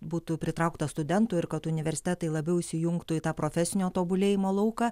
būtų pritraukta studentų ir kad universitetai labiau įsijungtų į tą profesinio tobulėjimo lauką